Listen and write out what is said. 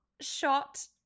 shot